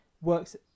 works